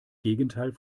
gegenteil